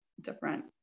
different